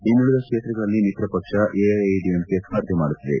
ಇನ್ನುಳದ ಕ್ಷೇತ್ರಗಳಲ್ಲಿ ಮಿತ್ರ ಪಕ್ಷ ಎಐಎಡಿಎಂಕೆ ಸ್ಪರ್ಧೆ ಮಾಡುತ್ತಿದೆ